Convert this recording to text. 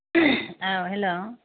hello